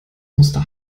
musste